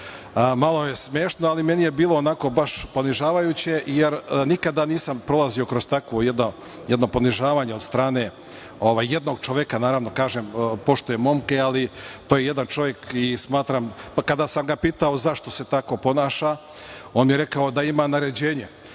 je smešno, ali meni je bilo onako baš ponižavajuće, jer nikada nisam prolazio kroz takvo jedno ponižavanje od strane jednog čoveka, naravno, kažem, poštujem momke, ali to je jedan čovek. Kada sam ga pitao zašto se tako ponaša, on mi je rekao da ima naređenje.